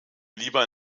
lieber